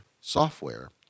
software